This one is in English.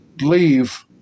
leave